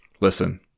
Listen